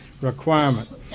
requirement